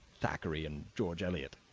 thackeray, and george eliot,